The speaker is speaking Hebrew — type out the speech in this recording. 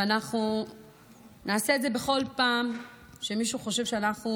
ואנחנו נעשה את זה בכל פעם שמישהו חושב שאנחנו